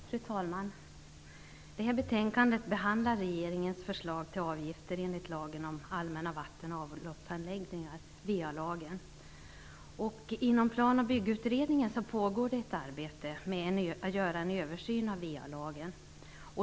Fru talman! Det här betänkandet behandlar regeringens förslag om avgifter enligt lagen om allmänna vatten och avloppsanläggningar, VA-lagen. Inom Plan och byggutredningen pågår ett arbete med en översyn av VA-lagen.